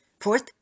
Fourth